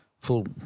full